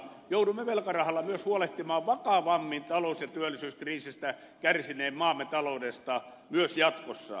joudumme velkarahalla myös huolehtimaan vakavammin talous ja työllisyyskriisistä kärsineen maamme taloudesta jatkossa